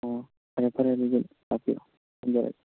ꯑꯣ ꯐꯔꯦ ꯐꯔꯦ ꯑꯗꯨꯗꯤ ꯂꯥꯛꯄꯤꯔꯣ ꯊꯝꯖꯔꯒꯦ